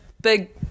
big